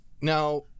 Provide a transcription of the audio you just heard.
Now